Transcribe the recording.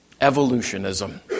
Evolutionism